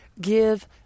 give